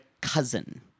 cousin